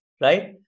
right